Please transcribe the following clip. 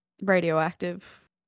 radioactive